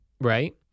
Right